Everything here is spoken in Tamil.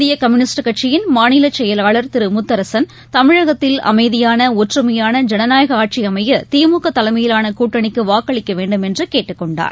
இந்தியகம்யூனிஸ்ட் கட்சியின் மாநிலசெயவாளர் திருமுத்தரசன் தமிழகத்தில் அமைதியான ஒற்றுமையான ஜனநாயகஆட்சிஅமையதிமுகதலைமையிலானகூட்டணிக்குவாக்களிக்கவேண்டும் என்றுகேட்டுக் கொண்டார்